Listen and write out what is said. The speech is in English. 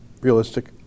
realistic